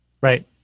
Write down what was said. Right